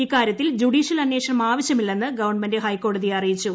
ഇക്കാര്യത്തിൽ ജുഡീഷ്യൽ അന്വേഷണം ആവശ്യമില്ലെന്ന് ഗവൺമെന്റ് ഹൈക്കോടതിയെ അറിയിച്ചു